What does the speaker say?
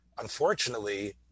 unfortunately